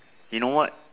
you know what